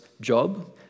job